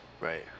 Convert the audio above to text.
Right